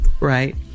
right